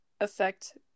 affect